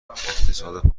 اقتصاد